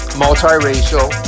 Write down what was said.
multiracial